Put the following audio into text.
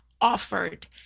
offered